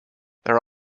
there